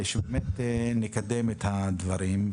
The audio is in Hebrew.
ושנקדם את הדברים,